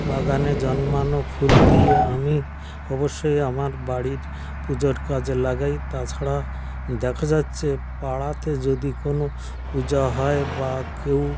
বাগানে জন্মানো ফুল দিয়ে আমি অবশ্যই আমার বাড়ির পুজোর কাজে লাগাই তাছাড়া দেখা যাচ্ছে পাড়াতে যদি কোনো পূজা হয় বা কেউ